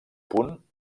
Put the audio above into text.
punt